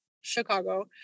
Chicago